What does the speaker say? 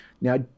Now